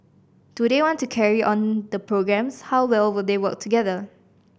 do they want to carry on the programmes how well will they work together